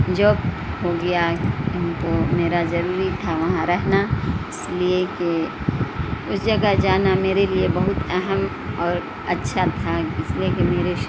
job ہو گیا ہم کو میرا ضروری تھا وہاں رہنا اس لیے کہ اس جگہ جانا میرے لیے بہت اہم اور اچھا تھا اس لیے کہ میرے